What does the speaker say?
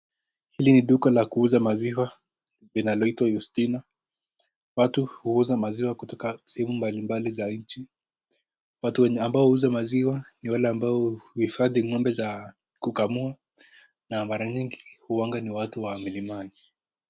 Hili ni duka la kuuza maziwa, linaloitwa yustina. Watu huuza maziwa kutoka sehemu mbalimbali za nchi. Watu wenye ambao huuza maziwa ni wale ambao huhifadhi ng'ombe za kukamua, na mara nyingi huanga ni watu wa milimani.